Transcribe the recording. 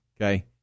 Okay